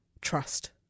trust